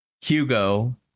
Hugo